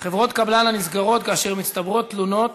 חברות הקבלן הנסגרות כאשר מצטברות תלונות